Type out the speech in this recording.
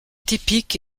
typique